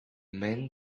men